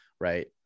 Right